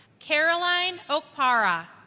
caroline okpara